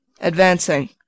Advancing